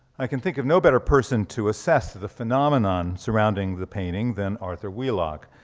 i can think of no better person to assess the phenomenon surrounding the painting than arthur wheelock,